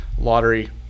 Lottery